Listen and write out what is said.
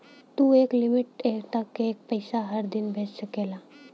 तू एक लिमिट तक के पइसा हर दिन भेज सकला